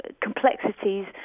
complexities